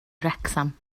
wrecsam